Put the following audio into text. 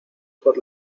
por